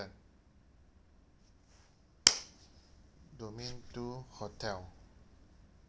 domain two hotel